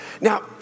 Now